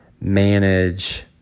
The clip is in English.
manage